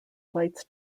flights